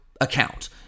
account